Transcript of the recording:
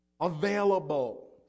available